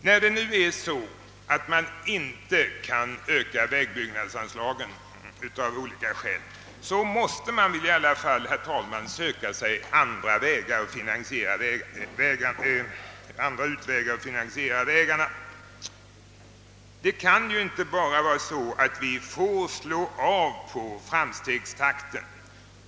När nu av olika skäl vägbyggnadsanslagen inte kan höjas måste man väl, herr talman, i alla fall söka andra medel för finansieringen av vägbyggandet vi kan ju inte bara slå av på framstegstakten.